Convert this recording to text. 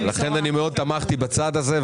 לכן אני מאוד תמכתי בצעד הזה,